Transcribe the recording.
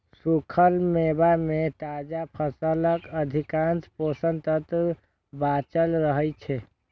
सूखल मेवा मे ताजा फलक अधिकांश पोषक तत्व बांचल रहै छै